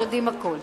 הם יודעים הכול.